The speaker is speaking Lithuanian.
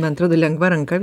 man atrodo lengva ranka